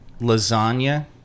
lasagna